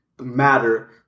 matter